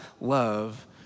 love